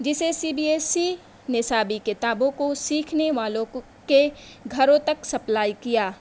جسے C B S C نصابی کتابوں کو سیکھنے والوں کو کے گھروں تک سپلائی کیا